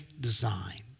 designed